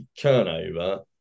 turnover